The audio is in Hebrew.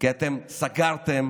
שאתם סגרתם